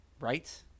Right